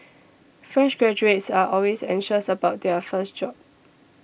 fresh graduates are always anxious about their first job